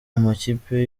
amakipe